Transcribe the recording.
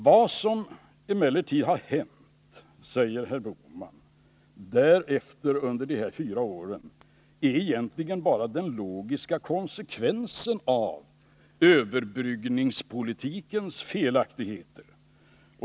Vad som har hänt under de här fyra åren, säger herr Bohman, är egentligen bara den logiska konsekvensen av överbryggningspolitikens felaktigheter.